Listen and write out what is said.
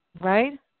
right